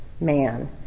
man